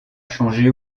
changé